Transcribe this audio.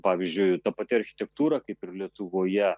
pavyzdžiui ta pati architektūra kaip ir lietuvoje